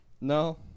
No